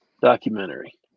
documentary